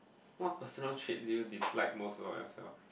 what personal trait do you dislike most about yourself